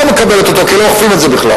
לא מקבלת אותו כי לא אוכפים את זה בכלל.